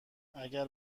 اگر